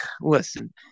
Listen